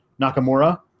Nakamura